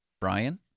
Brian